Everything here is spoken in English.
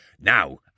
Now